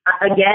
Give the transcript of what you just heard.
Again